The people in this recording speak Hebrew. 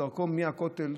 בדרכו מהכותל,